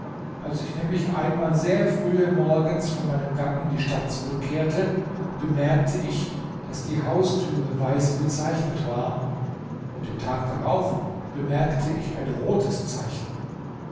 als ich nämlich einmal sehr frühe morgens von meinem gang in die stadt zurückkehrte bemerkte ich daß die haustüre weiß bezeichnet war und den tag darauf bemerkte ich ein rotes zeichen